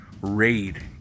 Raid